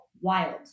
wild